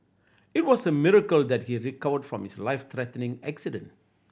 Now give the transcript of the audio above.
it was a miracle that he recovered from his life threatening accident